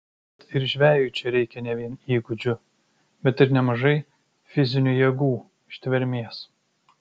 tad ir žvejui čia reikia ne vien įgūdžių bet ir nemažai fizinių jėgų ištvermės